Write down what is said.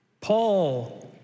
Paul